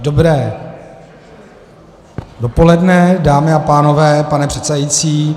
Dobré dopoledne, dámy a pánové, pane předsedající.